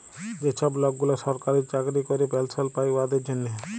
যে ছব লকগুলা সরকারি চাকরি ক্যরে পেলশল পায় উয়াদের জ্যনহে